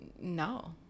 no